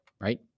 right